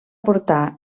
portar